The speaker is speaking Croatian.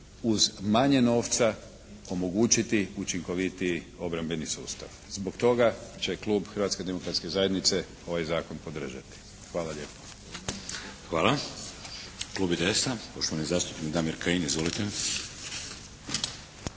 uz manje novca omogućiti učinkovitiji obrambeni sustav. Zbog toga će klub Hrvatske demokratske zajednice ovaj Zakon podržati. Hvala lijepo. **Šeks, Vladimir (HDZ)** Hvala. Klub IDS-a, poštovani zastupnik Damir Kajin. Izvolite.